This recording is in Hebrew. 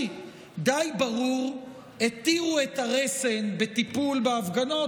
די ברור התירו את הרסן בטיפול בהפגנות,